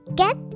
get